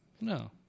No